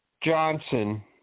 Johnson